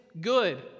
good